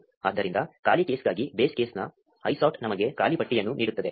ಆದ್ದರಿಂದ ಖಾಲಿ ಕೇಸ್ಗಾಗಿ ಬೇಸ್ ಕೇಸ್ನ ಐಸಾರ್ಟ್ ನಮಗೆ ಖಾಲಿ ಪಟ್ಟಿಯನ್ನು ನೀಡುತ್ತದೆ